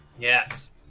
Yes